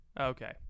Okay